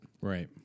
Right